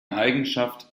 eigenschaft